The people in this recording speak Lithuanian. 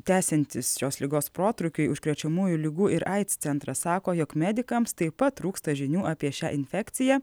tęsiantis šios ligos protrūkiui užkrečiamųjų ligų ir aids centras sako jog medikams taip pat trūksta žinių apie šią infekciją